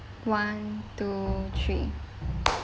one two three